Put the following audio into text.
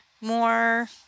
more